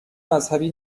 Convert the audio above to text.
مذهبی